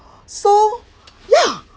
so ya